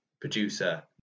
producer